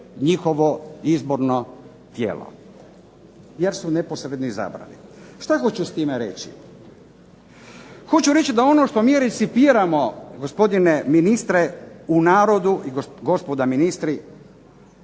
njihovo izborno tijelo, jer su neposredno izabrali. Što hoću s time reći? Hoću reći da ono što mi ... gospodine ministre u narodu i gospodo ministri